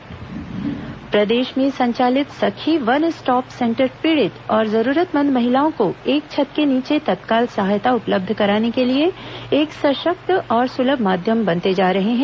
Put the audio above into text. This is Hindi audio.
सखी वन स्टॉफ सेंटर प्रदेश में संचालित सखी वन स्टॉप सेंटर पीड़ित और जरूरतमंद महिलाओं को एक छत के नीचे तत्काल सहायता उपलब्ध कराने के लिए एक सशक्त और सुलभ माध्यम बनते जा रहे हैं